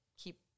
keep